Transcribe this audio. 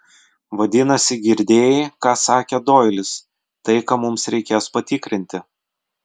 vadinasi girdėjai ką sakė doilis tai ką mums reikės patikrinti